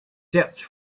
search